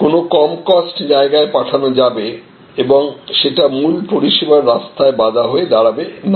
কোন কম কস্ট জায়গায় পাঠানো যাবে এবং সেটা মূল পরিষেবার রাস্তায় বাধা হয়ে দাঁড়াবে না